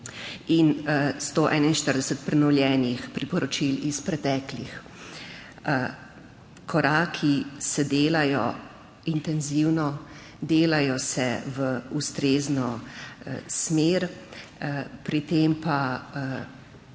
in 141 prenovljenih priporočil iz preteklih [let]. Koraki se delajo intenzivno, delajo se v ustrezno smer, pri tem pa